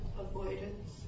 Avoidance